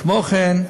כמו כן,